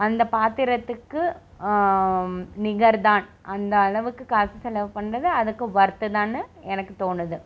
அந்த பாத்திரத்துக்கு நிகர் தான் அந்த அளவுக்கு காசு செலவு பண்ணுறது அதுக்கு ஒர்த்து தான்னு எனக்கு தோணுது